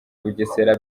bugesera